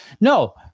No